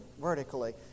vertically